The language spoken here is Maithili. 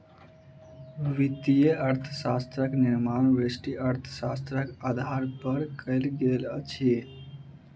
वित्तीय अर्थशास्त्रक निर्माण व्यष्टि अर्थशास्त्रक आधार पर कयल गेल अछि